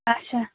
اچھا